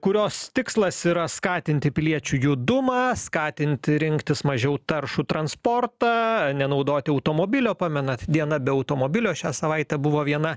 kurios tikslas yra skatinti piliečių judumą skatinti rinktis mažiau taršų transportą nenaudoti automobilio pamenat diena be automobilio šią savaitę buvo viena